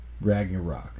Ragnarok